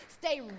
Stay